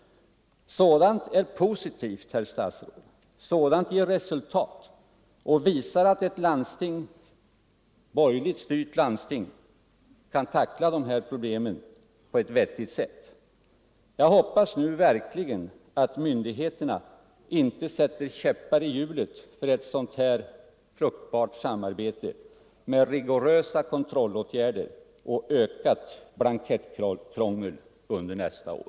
Sådant är positivt, herr statsråd! Sådant ger resultat och visar att ett borgerligt styrt landsting kan tackla de här problemen på ett vettigt sätt. Jag hoppas verkligen att myndigheterna inte nu sätter käppar i hjulet för ett fruktbart samarbete genom införande av rigorösa kontrollåtgärder och ökat blankettkrångel under nästa år.